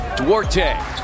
Duarte